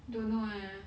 don't know eh